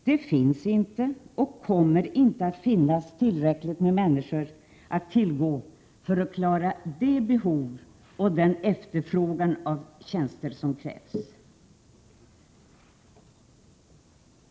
Det finns inte och kommer inte att finnas tillräckligt med människor att tillgå för att klara de behov och den efterfrågan på tjänster som krävs.